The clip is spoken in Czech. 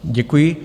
Děkuji.